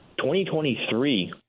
2023